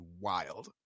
wild